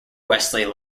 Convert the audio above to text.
wesley